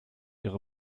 ihre